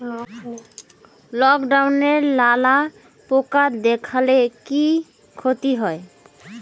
লাউ ডাটাতে লালা পোকা দেখালে কি ক্ষতি হয়?